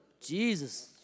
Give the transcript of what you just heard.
Jesus